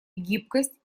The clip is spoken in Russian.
гибкость